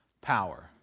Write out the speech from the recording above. power